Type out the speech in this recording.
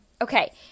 Okay